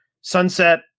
sunset